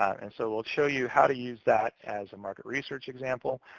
and so we'll show you how to use that as a market research example,